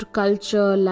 culture